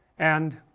and,